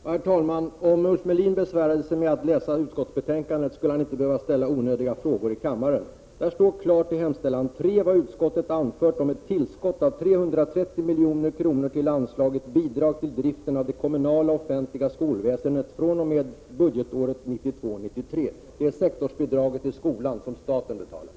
Herr talman! Om Ulf Melin hade besvärat sig med att läsa utskottets betänkande, skulle han inte behöva ställa onödiga frågor i kammaren. Det står klart i hemställan under mom. 3: ''-- vad utskottet anfört om ett tillskott av 330 milj.kr. till anslaget Bidrag till driften av det kommunala offentliga skolväsendet fr.o.m. budgetåret Det är det sektorsbidrag till skolan som staten betalar.